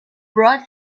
brought